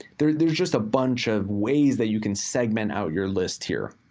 there's there's just a bunch of ways that you can segment out your lists here.